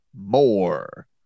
More